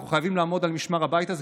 אנחנו חייבים לעמוד על משמר הבית הזה,